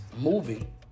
moving